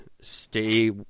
stay